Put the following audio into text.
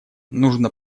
нужно